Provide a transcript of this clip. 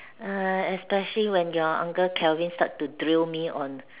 err especially when your uncle Kelvin start to drill me on